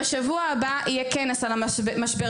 בשבוע הבא יהיה כנס על משבר